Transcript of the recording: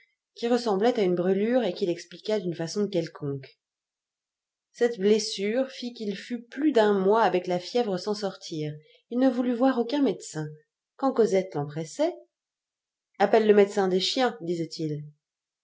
qui ressemblait à une brûlure et qu'il expliqua d'une façon quelconque cette blessure fit qu'il fut plus d'un mois avec la fièvre sans sortir il ne voulut voir aucun médecin quand cosette l'en pressait appelle le médecin des chiens disait-il